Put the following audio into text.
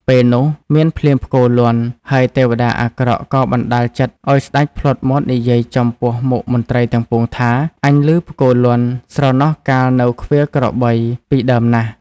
ពេលនោះ មានភ្លៀងផ្គរលាន់ ហើយទេវតាអាក្រក់ក៏បណ្ដាលចិត្តឲ្យស្តេចភ្លាត់មាត់និយាយចំពោះមុខមន្ត្រីទាំងពួងថា «អញឮផ្គរលាន់ ស្រណោះកាលនៅឃ្វាលក្របីពីដើមណាស់!»។